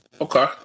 Okay